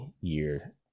year